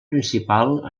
principal